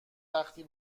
وقتی